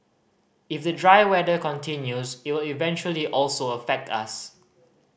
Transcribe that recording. if the dry weather continues it will eventually also affect us